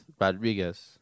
Rodriguez